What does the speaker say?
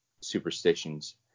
superstitions